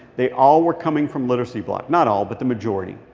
they all were coming from literacy block not all, but the majority.